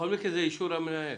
בכל מקרה זה אישור המנהל?